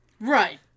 Right